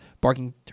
barking